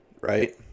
right